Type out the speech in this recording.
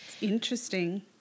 interesting